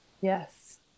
Yes